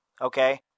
Okay